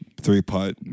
Three-putt